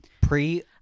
Pre